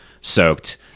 soaked